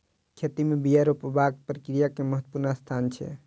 खेती में बिया रोपबाक प्रक्रिया के महत्वपूर्ण स्थान छै